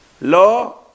law